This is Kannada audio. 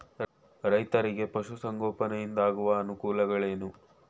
ರೈತರಿಗೆ ಪಶು ಸಂಗೋಪನೆಯಿಂದ ಆಗುವ ಅನುಕೂಲಗಳೇನು?